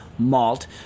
malt